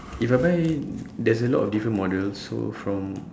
if I buy there's a lot of different models so from